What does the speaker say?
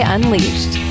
Unleashed